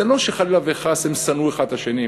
זה לא שחלילה וחס הם שנאו אחד את השני,